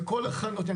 וכל אחד נותן,